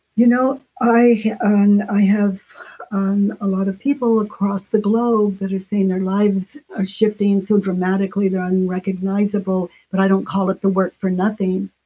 you know i um i have um a lot of people across the globe that are saying their lives are shifting so dramatically, they're unrecognizable, but i don't call it the work for nothing.